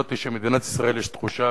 זאת שלמדינת ישראל יש תחושה